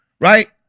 Right